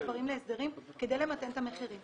דברים להסדרים כדי למתן את המחירים.